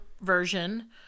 version